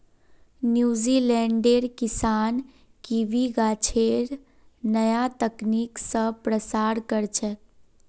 न्यूजीलैंडेर किसान कीवी गाछेर नया तकनीक स प्रसार कर छेक